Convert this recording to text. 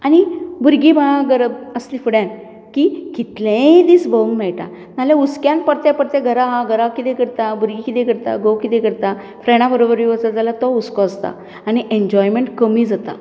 आनी भुरगीं बाळां गरब आसलीं फुड्यान की कितलेय दीस भोंवूंक मेळटा नाल्यार हुसक्यान परते परते घरा कितें करता भुरगीं कितें करता घोव कितें करता फ्रेण्डा बरबर गेलो जाल्यार तो हुस्को आसता आनी एनजोयमेंट कमी जाता